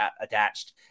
attached